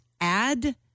add